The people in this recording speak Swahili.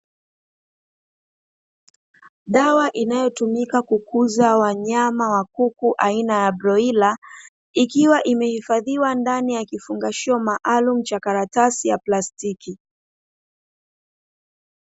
Dawa inayotumika kukuza kuku aina ya broila, ikiwa imehifadhiwa ndani ya kifungashio maalumu cha karatasi ya plastiki.